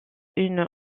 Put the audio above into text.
une